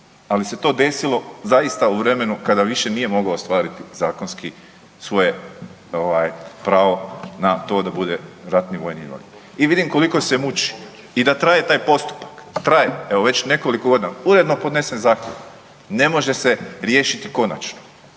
ali se to desilo zaista u vremenu kada više nije mogao ostvariti zakonski svoje ovaj pravo na to da bude ratni vojni invalid. I vidim koliko se muči i da traje taj postupak, traje evo nekoliko godina, uredno podnesen zahtjev ne može se riješiti konačno.